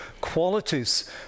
qualities